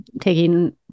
taking